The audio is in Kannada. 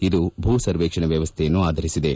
ಇದು ಭೂ ಸರ್ವೇಕ್ಷಣಾ ವ್ಕವಸ್ಥೆಯನ್ನು ಆಧರಿಸಿದೆ